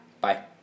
Bye